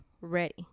ready